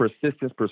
persistence